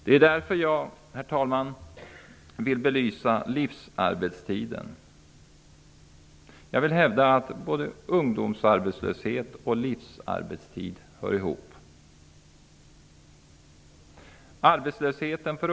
Det är därför som jag vill belysa livsarbetstiden. Jag hävdar att både ungdomsarbetslöshet och livsarbetstid hör ihop.